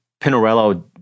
Pinarello